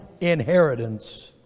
inheritance